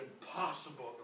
impossible